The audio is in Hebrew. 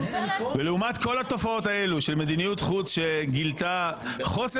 ולעומת כל התופעות האלו של מדיניות חוץ שגילו חוסר